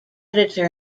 editor